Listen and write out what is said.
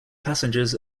passengers